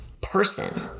person